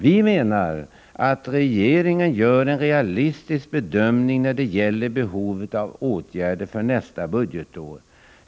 Vi menar att regeringen gör en realistisk bedömning när det gäller behovet av åtgärder under nästa budgetår.